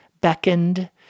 beckoned